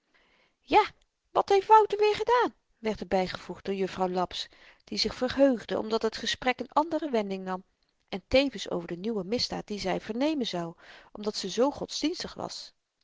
ja wat heeft wouter weer gedaan werd er bygevoegd door juffrouw laps die zich verheugde omdat het gesprek n andere wending nam en tevens over de nieuwe misdaad die zy vernemen zou omdat ze zoo godsdienstig was